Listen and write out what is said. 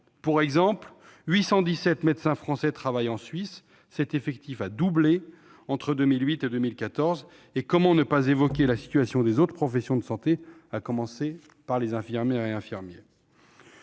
Ainsi, 817 médecins français travaillent en Suisse- ce nombre a doublé entre 2008 et 2014 -, et comment ne pas évoquer la situation des autres professionnels de santé, à commencer par les infirmières et infirmiers